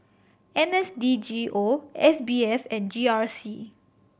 N S D G O S B F and G R C